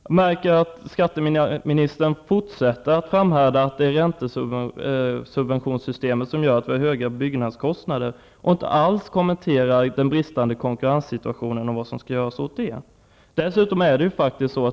Jag märker att skatteministern fortsätter att framhärda i att det är räntesubventionssystemet som gör att vi har höga byggnadskostnader, men inte alls kommenterar bristerna i konkurrensen och vad som skall göras åt dem.